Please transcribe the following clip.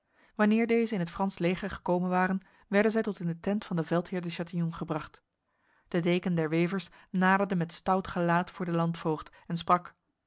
wanneer deze in het frans leger gekomen waren werden zij tot in de tent van de veldheer de chatillon gebracht de deken der wevers naderde met stout gelaat voor de landvoogd en sprak